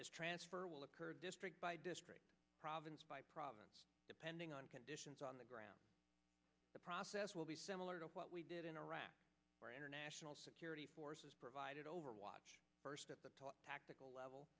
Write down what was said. this transfer will occur district by district province by province depending on conditions on the ground the process this will be similar to what we did in iraq where international security forces provided overwatch first at the top tactical level